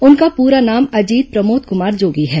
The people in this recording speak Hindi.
उनका पूरा नाम अजीत प्रमोद कुमार जोगी है